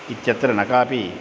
इत्यत्र न कापि